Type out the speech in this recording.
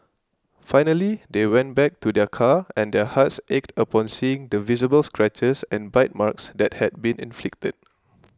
finally they went back to their car and their hearts ached upon seeing the visible scratches and bite marks that had been inflicted